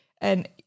and-